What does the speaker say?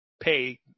pay